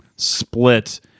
split